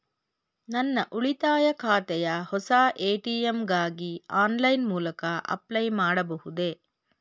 ನನ್ನ ಉಳಿತಾಯ ಖಾತೆಯ ಹೊಸ ಎ.ಟಿ.ಎಂ ಗಾಗಿ ಆನ್ಲೈನ್ ಮೂಲಕ ಅಪ್ಲೈ ಮಾಡಬಹುದೇ?